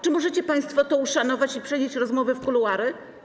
Czy możecie państwo to uszanować i przenieść rozmowy w kuluary?